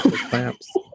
clamps